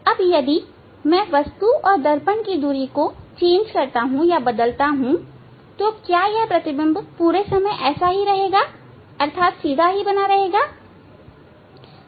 अब यदि मैं वस्तु और दर्पण की दूरी को बदलता हूं तो क्या यह प्रतिबिंब पूरे समय ऐसा ही बना रहता है अर्थात सीधा ही बना रहता है